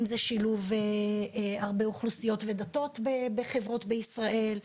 אם זה שילוב של הרבה אוכלוסיות ודתות בחברות בישראל,